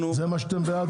זה מה שאתם בעד?